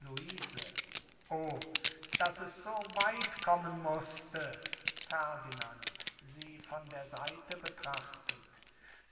luise o daß es so weit kommen mußte ferdinand sie von der seite betrachtend